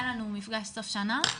היה לנו נפגש סוף שנה.